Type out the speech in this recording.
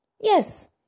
Yes